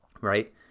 right